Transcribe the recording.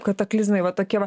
kataklizmai va tokie va